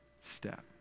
step